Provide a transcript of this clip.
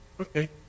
Okay